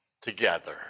together